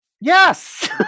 yes